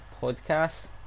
podcast